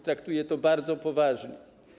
Traktuję to bardzo poważnie.